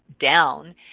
down